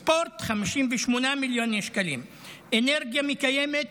ספורט, 58 מיליוני שקלים, אנרגיה מקיימת,